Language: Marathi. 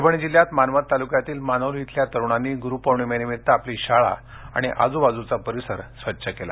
परभणी जिल्ह्यात मानवत तालूक्यातील मानोली इथल्या तरुणांनी गुरूपौर्णिमेनिमित्त आपली शाळा आणि आजूबाजूचा परिसर स्वच्छ केला